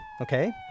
okay